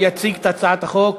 שלושה נמנעים.